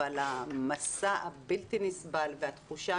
אבל המסה הבלתי נסבל והתחושה